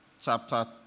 chapter